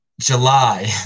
July